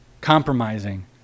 compromising